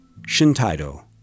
shintaido